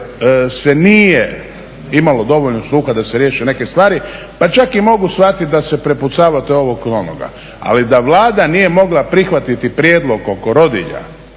se nije imalo dovoljno sluha da se riješe neke stvari. Pa čak i mogu shvatiti da se prepucavate ovo kod onoga. Ali da Vlada nije mogla prihvatiti prijedlog oko roditelja